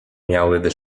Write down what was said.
miałyby